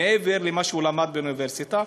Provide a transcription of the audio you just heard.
מעבר למה שהם למדו באוניברסיטה,